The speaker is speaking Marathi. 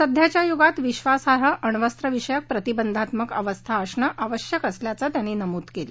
सध्याच्या युगात विश्वासार्ह अण्वस्त्र विषयक प्रतिबंधात्मक व्यवस्था असणं आवश्यक असल्याचं त्यांनी नमूद केलं